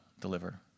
deliver